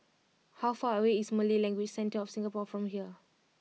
how far away is Malay Language Centre of Singapore from here